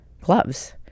gloves